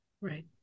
right